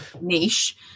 niche